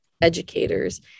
educators